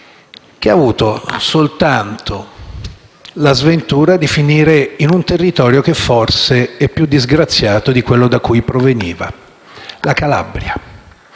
che ha avuto soltanto la sventura di finire in un territorio che forse è più disgraziato di quello da cui proveniva: la Calabria.